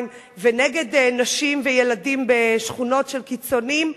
ונגד נשים וילדים בשכונות של קיצונים,